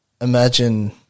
imagine